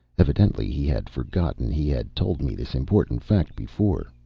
evidently he had forgotten he had told me this important fact before.